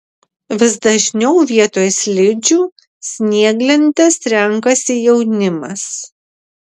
vis dažniau vietoj slidžių snieglentes renkasi jaunimas